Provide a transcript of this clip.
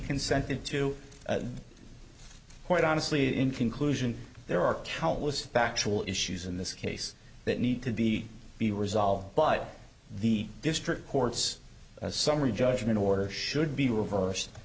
consented to the court honestly in conclusion there are countless factual issues in this case that need to be be resolved by the district court's summary judgment order should be reverse